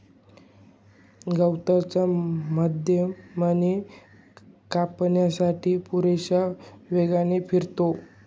गवताच्या माध्यमाने कापण्यासाठी पुरेशा वेगाने फिरते